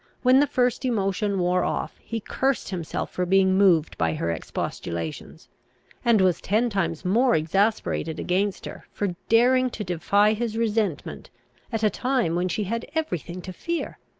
when the first emotion wore off, he cursed himself for being moved by her expostulations and was ten times more exasperated against her, for daring to defy his resentment at a time when she had every thing to fear.